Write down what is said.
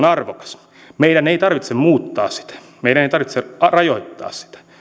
arvokas meidän ei tarvitse muuttaa sitä meidän ei tarvitse rajoittaa sitä